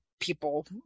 people